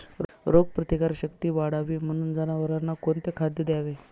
रोगप्रतिकारक शक्ती वाढावी म्हणून जनावरांना कोणते खाद्य द्यावे?